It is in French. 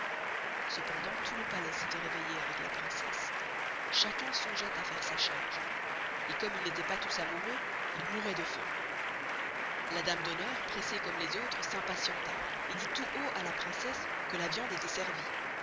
cependant tout le palais s'estoit réveillé avec la princesse chacun songeoit à faire sa charge et comme ils n'estoient pas tous amoureux ils mouroient de faim la dame d'honneur pressée comme les autres s'impatienta et dit tout haut à la princesse que la viande estoit servie